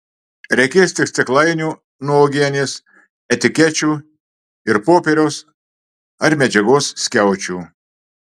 reikės tik stiklainių nuo uogienės etikečių ir popieriaus ar medžiagos skiaučių